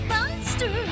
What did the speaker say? Monster